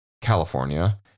California